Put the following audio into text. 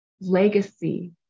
legacy